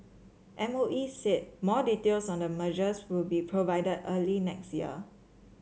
M O E said more details on the mergers will be provided early next year